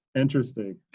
Interesting